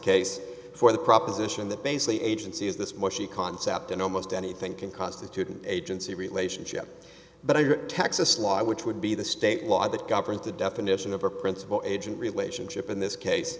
case for the proposition that basically agency is this mushy concept and almost anything can constitute an agency relationship but i or texas law which would be the state law that governs the definition of a principal agent relationship in this case